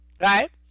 right